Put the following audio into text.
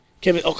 Kevin